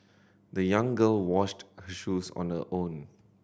the young girl washed her shoes on her own